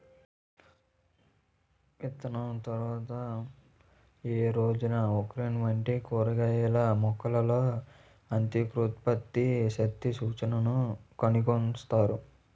విత్తిన తర్వాత ఏ రోజున ఓక్రా వంటి కూరగాయల మొలకలలో అంకురోత్పత్తి శక్తి సూచికను గణిస్తారు?